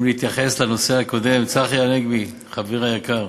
אם להתייחס לנושא הקודם, צחי הנגבי, חברי היקר,